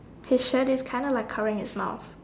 his shirt is kind of like covering his mouth